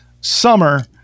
summer